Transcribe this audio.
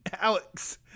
Alex